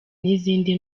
n’izindi